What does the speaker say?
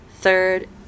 third